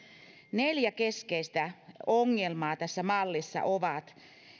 neljä keskeistä ongelmaa tässä mallissa ovat